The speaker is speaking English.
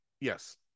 yes